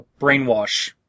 Brainwash